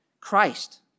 Christ